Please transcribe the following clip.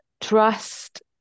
trust